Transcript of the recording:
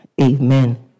Amen